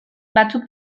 batzuk